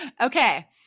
Okay